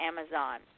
Amazon